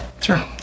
Sure